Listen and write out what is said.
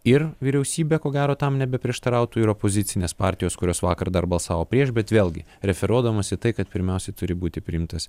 ir vyriausybė ko gero tam nebeprieštarautų ir opozicinės partijos kurios vakar dar balsavo prieš bet vėlgi referuodamas į tai kad pirmiausiai turi būti priimtas